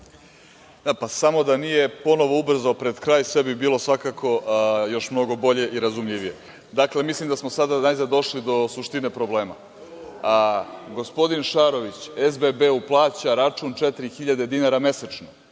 Samo da nije ponovo ubrzao pred kraj, sve bi bilo svakako još mnogo bolje i razumljivije. Dakle, mislim da smo sada najzad došli do suštine problema. Gospodin Šarović SBB-u plaća račun 4.000 dinara mesečno